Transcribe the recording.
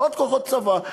ועוד כוחות צבא,